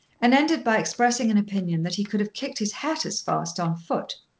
and ended by expressing an opinion that he could have kicked his hat as fast on foot.